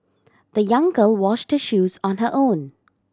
the young girl washed shoes on her own